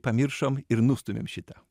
pamiršom ir nustumėm šitą